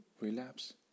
relapse